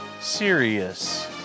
serious